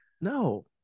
No